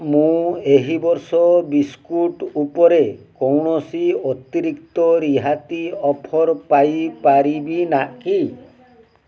ମୁଁ ଏହି ବର୍ଷ ବିସ୍କୁଟ୍ ଉପରେ କୌଣସି ଅତିରିକ୍ତ ରିହାତି ଅଫର୍ ପାଇ ପାରିବି ନା କି